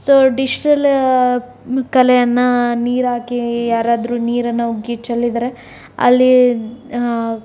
so digital ಕಲೆಯನ್ನು ನೀರಾಕಿ ಯಾರಾದ್ರೂ ನೀರನ್ನು ಹೋಗಿ ಚೆಲ್ಲಿದರೆ ಅಲ್ಲಿ